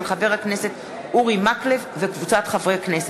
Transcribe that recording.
מאת חבר הכנסת אורי מקלב וקבוצת חברי הכנסת.